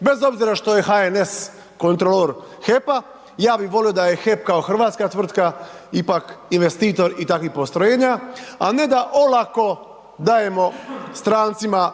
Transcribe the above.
bez obzira što je HNS kontrolor HEP-a, ja bi volio da je HEP kao hrvatska tvrtka ipak investitor i takvih postrojenja, a ne da olako dajemo strancima